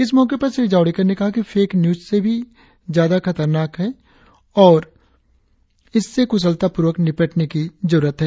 इस मौके पर श्री जावड़ेकर ने कहा कि फेक न्यूज से भी ज्यादा खतरनाक है और इससे कुशलतापूर्वक निपटने की जरुरत है